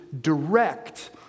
direct